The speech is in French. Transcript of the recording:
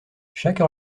chaque